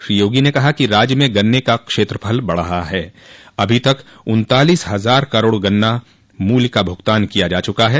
श्री योगी ने कहा कि राज्य में गन्ने का क्षेत्रफल बढ़ा है अभी तक उन्तालीस हजार करोड़ गन्ना मूल्य का भुगतान किया जा चुका है